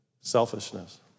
selfishness